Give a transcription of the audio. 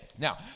Now